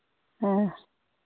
हाँ